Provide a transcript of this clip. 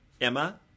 Emma